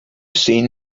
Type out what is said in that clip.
seen